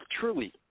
truly